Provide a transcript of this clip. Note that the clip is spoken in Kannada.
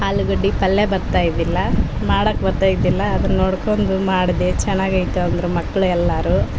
ಆಲೂಗಡ್ಡೆ ಪಲ್ಯ ಬರ್ತಾ ಇದ್ದಿಲ್ಲಾ ಮಾಡೋಕ್ ಬರ್ತಾ ಇದ್ದಿಲ್ಲಾ ಅದನ್ನು ನೋಡ್ಕೊಂಡು ಮಾಡಿದೆ ಚೆನ್ನಾಗ್ ಆಯಿತು ಅಂದರು ಮಕ್ಳು ಎಲ್ಲರೂ